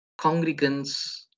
congregants